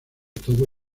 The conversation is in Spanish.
todo